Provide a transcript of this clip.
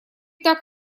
так